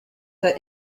the